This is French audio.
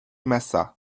massat